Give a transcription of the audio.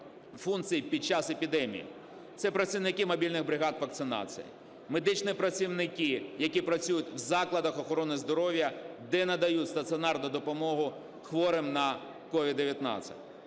функції під час епідемії. Це працівники мобільних бригад вакцинації; медичні працівники, які працюють в закладах охорони здоров'я, де надають стаціонарну допомогу хворим на СOVID-19;